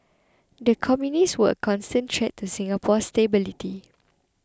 the communists were a constant threat to Singapore's stability